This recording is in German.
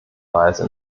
weise